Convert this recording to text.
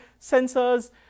sensors